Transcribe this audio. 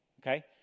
Okay